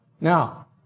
Now